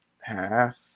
half